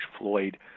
Floyd